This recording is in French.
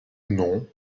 non